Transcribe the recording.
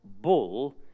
bull